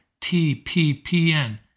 TPPN